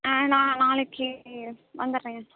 ஆ நான் நாளைக்கு வந்துடுறேங்க